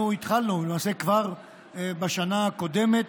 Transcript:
אנחנו התחלנו, למעשה כבר בשנה הקודמת,